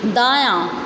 दायाँ